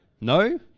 No